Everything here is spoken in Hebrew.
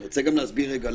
ואני רוצה להסביר גם למה.